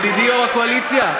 ידידי יו"ר הקואליציה,